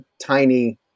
tiny